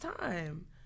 time